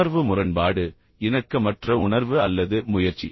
உணர்வு முரண்பாடு இணக்கமற்ற உணர்வு அல்லது முயற்சி